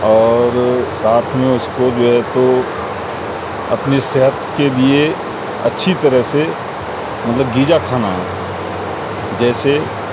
اور ساتھ میں اس کو جو ہے تو اپنی صحت کے لیے اچھی طرح سے مطلب غذا کھانا ہے جیسے